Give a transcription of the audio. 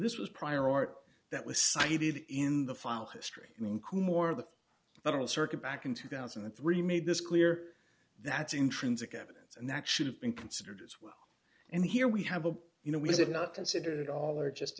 this was prior art that was cited in the file history in coom or the federal circuit back in two thousand and three made this clear that's intrinsic evidence and that should have been considered as well and here we have a you know we did not consider it all or just